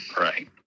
right